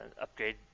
upgrade